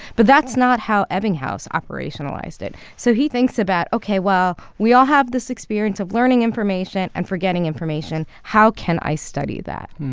but that's not how ebbinghaus operationalized it. so he thinks about, ok, well, we all have this experience of learning information and forgetting information. how can i study that?